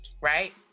right